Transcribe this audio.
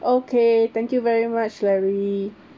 okay thank you very much larry